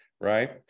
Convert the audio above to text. right